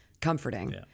comforting